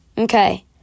Okay